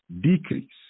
decrease